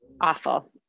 Awful